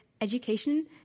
Education